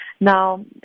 Now